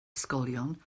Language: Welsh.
ysgolion